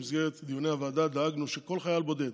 במסגרת דיוני הוועדה דאגנו שכל חייל בודד